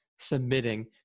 submitting